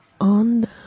on